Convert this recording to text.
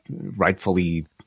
rightfully